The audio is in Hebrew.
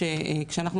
לא כולם